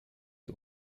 you